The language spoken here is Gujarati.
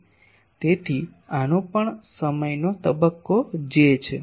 તેથી આનો પણ સમયનો તબક્કો j છે